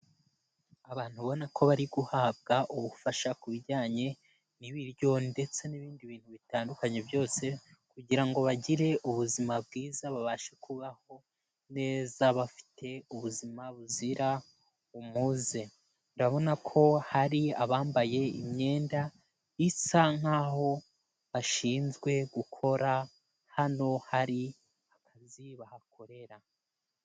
Abantu babona ko bari guhabwa ubufasha ku bijyanye n'ibiryo ndetse n'ibindi bintu bitandukanye byose, kugira ngo bagire ubuzima bwiza babashe kubaho neza bafite ubuzima buzira umuze. Ndabona ko hari abambaye imyenda isa nk'aho bashinzwe gukora, hano hari akazi bahakorera.